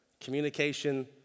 Communication